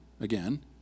again